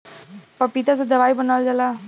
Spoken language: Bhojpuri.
पपीता से दवाई बनावल जाला